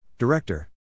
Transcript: Director